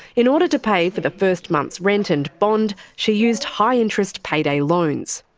in order to pay for the first month's rent and bond, she used high interest pay day loans.